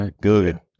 good